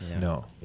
No